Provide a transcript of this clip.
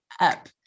up